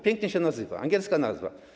Pięknie się nazywa, angielska nazwa.